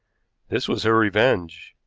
this was her revenge.